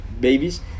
babies